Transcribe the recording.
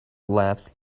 laughs